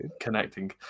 connecting